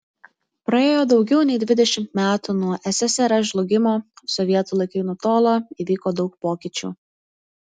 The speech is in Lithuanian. praėjo daugiau nei dvidešimt metų nuo ssrs žlugimo sovietų laikai nutolo įvyko daug pokyčių